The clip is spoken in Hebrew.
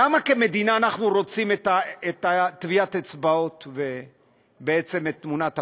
למה כמדינה אנחנו רוצים את טביעת האצבעות ובעצם את תמונת הפנים?